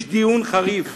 יש דיון חריף